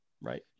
right